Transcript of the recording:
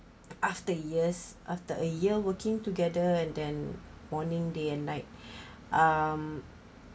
after years after a year working together and then morning day and night um